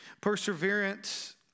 Perseverance